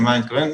למה אני מתכוון?